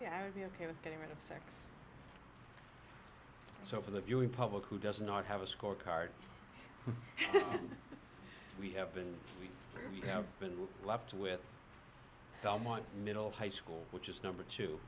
yeah i would be ok with getting rid of sex so for the viewing public who does not have a score card that we have been we have been left with belmont middle of high school which is number two